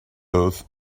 oath